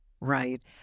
Right